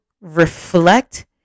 reflect